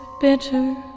bitter